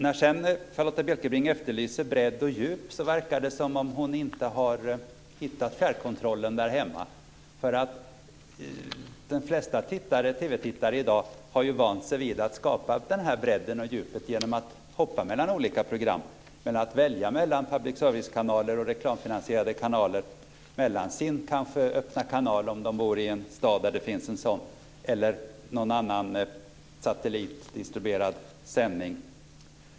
När sedan Charlotta Bjälkebring efterlyser bredd och djup verkar det som om hon inte har hittat fjärrkontrollen där hemma. De flesta TV-tittare i dag har ju lärt sig att skapa bredd och djup genom att hoppa mellan olika program, genom att välja mellan public service-kanaler och reklamfinansierade kanaler, mellan sin öppna kanal kanske, om de bor i en stad där det finns en sådan, eller någon annan satellitdistribuerad sändning.